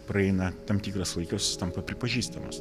praeina tam tikras laikas tampa pripažįstamos